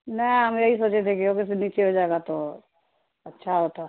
نہ ہم یہی سوچے دیکھیےوگے سے بییچے ہو جائے گا تو اچھا ہوتا